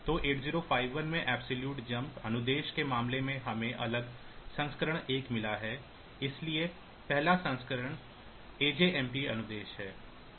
तो 8051 में absolute jump अनुदेश के मामले में हमें अलग संस्करण 1 मिला है इसलिए 1 संस्करण आजमप अनुदेश है